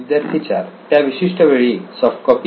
विद्यार्थी 4 त्या विशिष्ट वेळी सॉफ्ट कॉपी